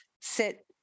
sit